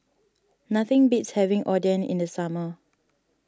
nothing beats having Oden in the summer